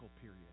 period